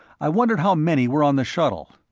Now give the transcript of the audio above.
i wondered how many were on the shuttle.